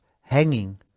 hanging